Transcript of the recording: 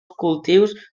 cultius